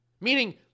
Meaning